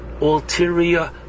ulterior